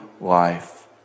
life